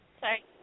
Sorry